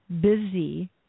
busy